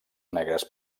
negres